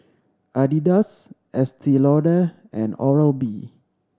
Adidas Estee Lauder and Oral B